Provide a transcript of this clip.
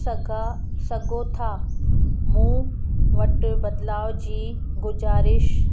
सघां सघो था मूं वटि बदलाव जी गुज़ारिश